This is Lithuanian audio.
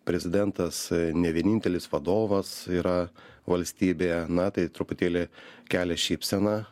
prezidentas ne vienintelis vadovas yra valstybėje na tai truputėlį kelia šypseną